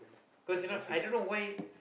what Shafiq ah